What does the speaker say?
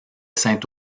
saint